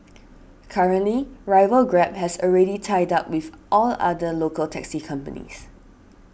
currently rival Grab has already tied up with all other local taxi companies